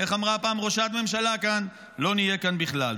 איך אמרה פעם ראשת ממשלה כאן, לא נהיה כאן בכלל.